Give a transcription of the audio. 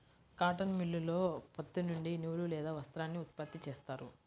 cotton మిల్లులో పత్తి నుండి నూలు లేదా వస్త్రాన్ని ఉత్పత్తి చేస్తారు